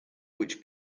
which